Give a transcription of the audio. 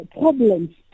problems